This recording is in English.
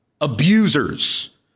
abusers